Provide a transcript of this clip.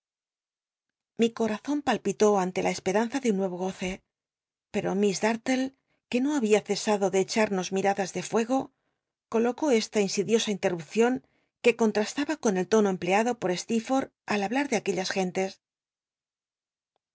mi corazon palpitó ante la esperanza de un nuevo goce pero miss dartlc que no babia cesado de echarnos miradas de fuego colocó esta insidiosa interrupcion que conhastaba con el tono empleado poi stee forth al hablar ele aquellas gentes